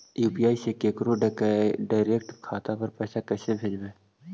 UPI से केकरो direct खाता पर पैसा कैसे भेजबै?